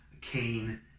Cain